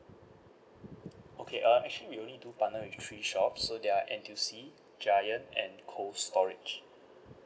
okay uh actually we only do partner with three shops so they are N_T_U_C giant and cold storage